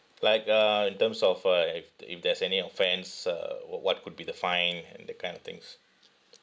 like uh in terms of uh if if there's any offence uh wh~ what could be the fine and that kind of things